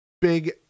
big